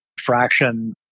fraction